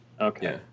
okay